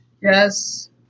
Yes